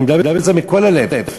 אני אומר את זה מכול הלב.